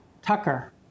Tucker